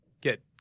get